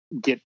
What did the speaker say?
get